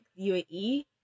UAE